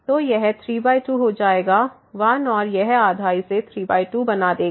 तो यह 3 2 हो जाएगा 1 और यह आधा इसे 32 बना देगा